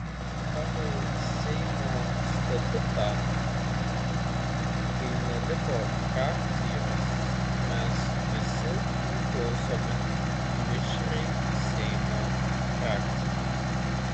pagal seimo statutą kai neliko frakcijos mes visi priklausome mišriai seimo frakcijai